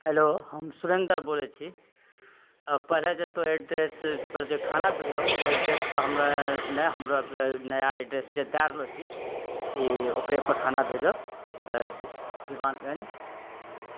hello हम सुरेन्द्र बोलै छी पढ़ै जेतौ एड्रेसपर जे खाना भेजलो ओ एड्रेसपर हमरा नहि हमरा नया एड्रेस जे दए रहल छी कि ओकरेपर खाना भेजो अऽ दी दीवारगञ्ज